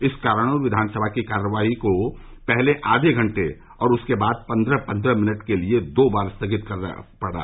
इस कारण विधानसभा की कार्यवाही को पहले आधे घंटे और उसके बाद पन्द्रह पन्द्रह मिनट के लिये दो बार स्थगित किया गया